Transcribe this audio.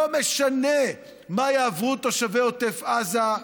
לא משנה מה יעברו תושבי עוטף עזה,